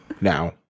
now